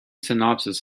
synopsis